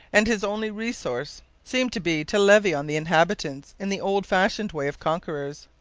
and his only resource seemed to be to levy on the inhabitants in the old-fashioned way of conquerors.